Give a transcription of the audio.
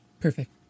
Perfect